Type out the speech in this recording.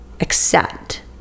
accept